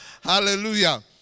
Hallelujah